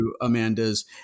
Amanda's